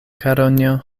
karonjo